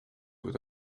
with